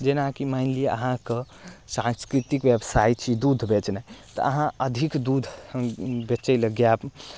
जेनाकि मानि लिअ अहाँके सांस्कृतिक व्यवसाय छी दूध बेचनाइ तऽ अहाँ अधिक दूध बेचय लेल गाय